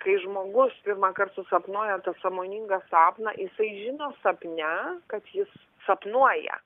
kai žmogus pirmąkart susapnuoja tą sąmoningą sapną jisai žino sapne kad jis sapnuoja